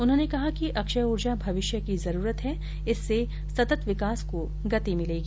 उन्होंने कहा कि अक्षय ऊर्जा भविष्य की जरूरत है इससे सतत् विकास को गति मिलेगी